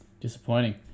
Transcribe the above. Disappointing